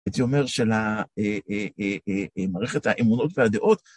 הייתי אומר של.. אה אה אה אה.. מערכת האמונות והדעות.